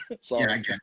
Sorry